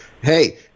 hey